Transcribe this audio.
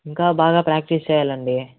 ఇంకా బాగా ప్రాక్టీస్ చేయాలండి